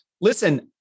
listen